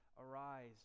arise